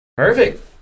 Perfect